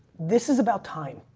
this is about time.